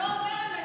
אתה לא אומר אמת,